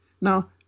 Now